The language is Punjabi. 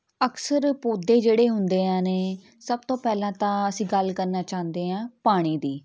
ਅਕਸਰ ਪੌਦੇ ਜਿਹੜੇ ਹੁੰਦਿਆਂ ਨੇ ਸਭ ਤੋਂ ਪਹਿਲਾਂ ਤਾਂ ਅਸੀਂ ਗੱਲ ਕਰਨਾ ਚਾਹੁੰਦੇ ਹਾਂ ਪਾਣੀ ਦੀ